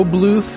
Blue